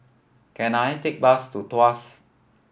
can I take bus to Tuas